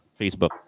Facebook